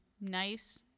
nice